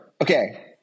okay